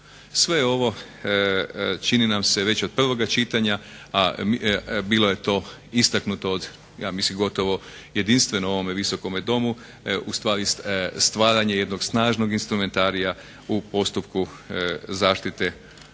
je ovo čini nam se već od prvoga čitanja, a bilo je to istaknuto od ja mislim gotovo jedinstveno u ovome visokome Domu ustvari stvaranje jednog snažnog instrumentarija u postupku zaštite prava